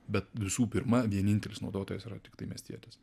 bet visų pirma vienintelis naudotojas yra tiktai miestietis